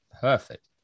perfect